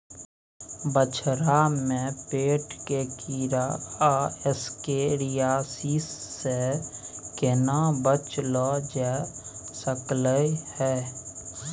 बछरा में पेट के कीरा आ एस्केरियासिस से केना बच ल जा सकलय है?